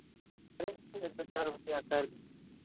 दिए चार रुपया कल